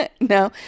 No